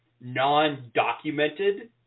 non-documented